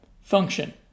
function